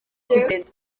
kugenda